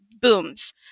booms